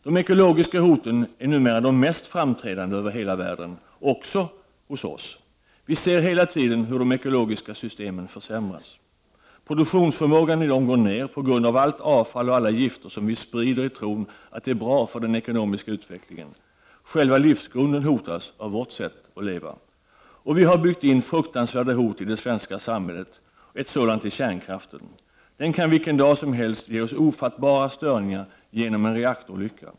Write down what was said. De ekologiska hoten är numera de mest framträdande hoten över hela världen, även hos oss. Vi ser hela tiden hur de ekologiska systemen försämras. Produktionsförmågan inom dessa system går ner på grund av allt avfall och alla gifter som vi sprider i tron att det är bra för den ekonomiska utvecklingen. Själva livsgrunden hotas av vårt sätt att leva. Vi har byggt in fruktansvärda hot i det svenska samhället, och ett sådant hot är kärnkraften. Kärnkraften kan vilken dag som helst ge oss ofattbara störningar genom en reaktorolycka.